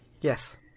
Yes